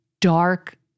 dark